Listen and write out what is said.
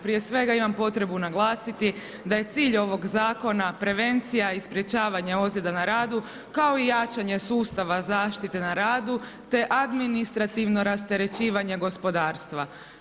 Prije svega imam potrebu naglasiti da je cilj ovog zakona prevencija i sprečavanje ozljeda na radu, kao i jačanje sustava zaštite na radu te administrativno rasterećivanje gospodarstva.